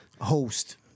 host